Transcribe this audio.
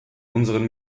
unseren